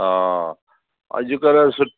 हा अॼुकल्ह सुठ